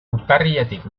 urtarriletik